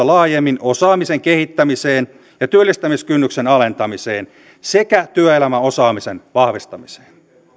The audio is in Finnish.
laajemmin osaamisen kehittämiseen ja työllistymiskynnyksen alentamiseen sekä työelämäosaamisen vahvistamiseen